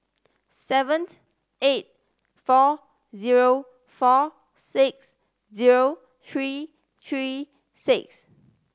seven eight four zero four six zero three three six